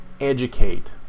educate